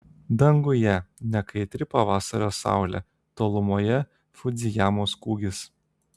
danguje nekaitri pavasario saulė tolumoje fudzijamos kūgis